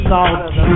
Salt